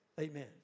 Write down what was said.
amen